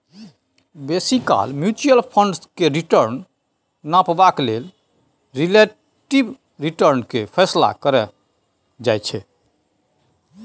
बेसी काल mutual fund केर रिटर्न नापबाक लेल रिलेटिब रिटर्न केर फैसला कएल जाइ छै